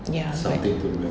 ya but